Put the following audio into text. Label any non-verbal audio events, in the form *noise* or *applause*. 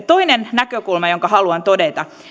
*unintelligible* toinen näkökulma jonka haluan todeta